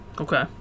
Okay